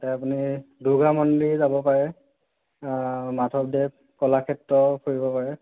এ আপুনি দুৰ্গা মন্দিৰ যাব পাৰে মাধৱদেৱ কলাক্ষেত্ৰ ফুৰিব পাৰে